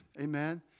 amen